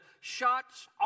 shot's